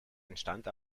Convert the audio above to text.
entstand